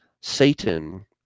Satan